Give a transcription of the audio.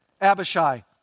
Abishai